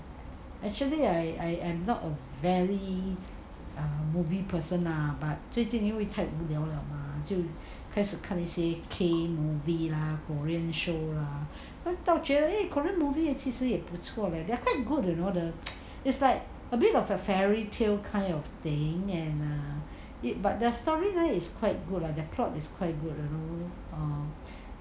actually I am not a very movie person lah but 最近因为太无聊了 mah 就开始看一些 K movie lah korean show ah 到觉得 korean movie 也其实也不错 they are quite good you know the is like a bit of a fairy tale kind of thing and it but the storyline is quite good lah the plot is quite good you know